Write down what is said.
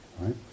Right